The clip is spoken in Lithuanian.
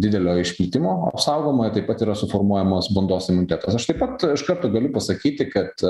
didelio išplitimo apsaugoma taip pat yra suformuojamos bandos imunitetas aš taip pat iš karto galiu pasakyti kad